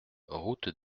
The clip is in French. route